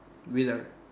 without